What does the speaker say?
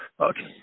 Okay